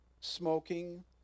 smoking